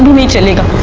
me to